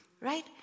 right